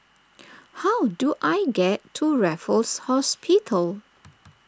how do I get to Raffles Hospital